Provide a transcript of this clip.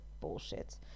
bullshit